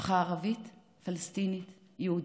משפחה ערבית, פלסטינית, יהודית.